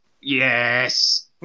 yes